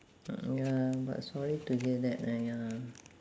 ya but sorry to hear that !aiya!